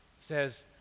says